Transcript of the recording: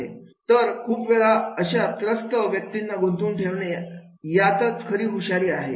आहे तर खूप वेळा अशा त्रस्त व्यक्तींना गुंतवून ठेवणे आहे यातच खरी हुशारी आहे